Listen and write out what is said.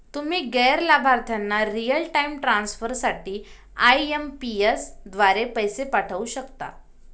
तुम्ही गैर लाभार्थ्यांना रिअल टाइम ट्रान्सफर साठी आई.एम.पी.एस द्वारे पैसे पाठवू शकता